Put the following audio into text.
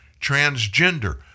transgender